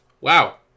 wow